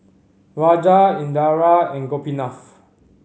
Raja Indira and Gopinath